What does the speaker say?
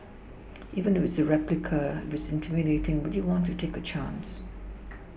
even if it's a replica if it's intimidating would you want to take a chance